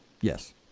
yes